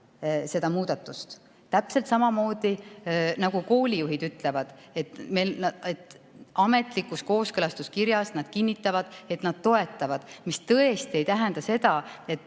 seda muudatust, täpselt samamoodi nagu koolijuhid ütlevad, ametlikus kooskõlastuskirjas nad kinnitavad, et nad toetavad. See tõesti ei tähenda seda, et